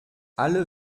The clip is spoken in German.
alle